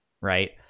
right